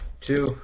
Two